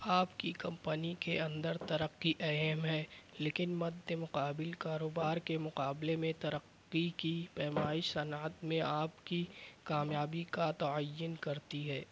آپ کی کمپنی کے اندر ترقی اہم ہے لیکن مد مقابل کاروبار کے مقابلے میں ترقی کی پیمائش صنعت میں آپ کی کامیابی کا تعین کرتی ہے